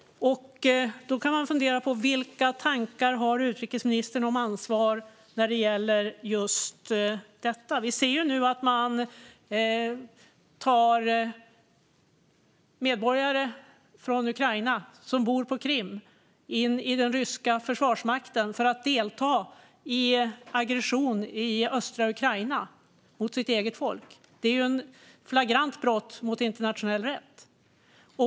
Då kan man fundera på vilka tankar utrikesministern har om ansvar när det gäller just detta. Vi ser nu att man tar in medborgare från Ukraina som bor på Krim i den ryska försvarsmakten för att delta i aggression i östra Ukraina, mot sitt eget folk. Det är ett flagrant brott mot internationell rätt.